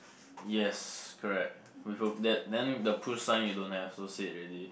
yes correct with a that then the pool sign you don't have so said ready